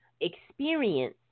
experience